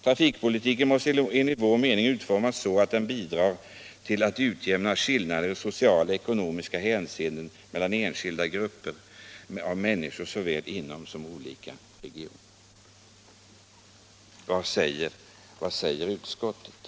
Trafikpolitiken måste enligt vår mening utformas så, att den bidrar till att utjämna skillnader i socialt och ekonomiskt hänseende mellan enskilda eller grupper av människor såväl inom som mellan olika regioner.” Vad säger utskottet?